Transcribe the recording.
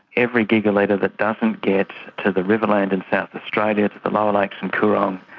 every gigalitre that doesn't get to the riverland in south australia, to the lower lakes and coorong,